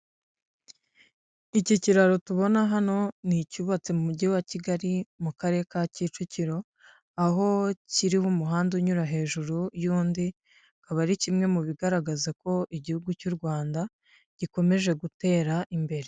Iki kiraro tubona hano ni icyubatse mu mujyi wa kigali mu karere ka kicukiro, aho kiriho umuhanda unyura hejuru y'undi, akaba ari kimwe mu bigaragaza ko igihugu cy'u Rwanda gikomeje gutera imbere.